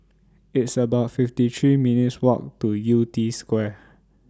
It's about fifty three minutes' Walk to Yew Tee Square